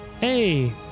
Hey